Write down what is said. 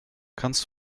kannst